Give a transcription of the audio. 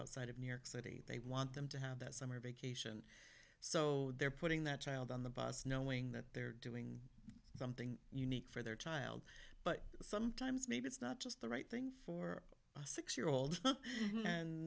outside of new york city they want them to have that summer vacation so they're putting that child on the bus knowing that they're doing something unique for their child but sometimes maybe it's not just the right thing for a six year old and